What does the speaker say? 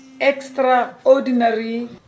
extraordinary